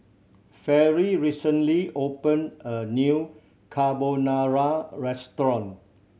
Fairy recently opened a new Carbonara Restaurant